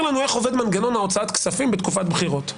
לנו איך עובד מנגנון הוצאת כספים בתקופת בחירות.